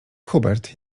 hubert